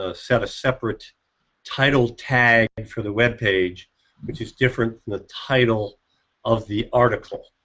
ah set a separate title tag for the webpage which is different from the title of the article,